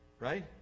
right